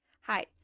hi